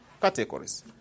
categories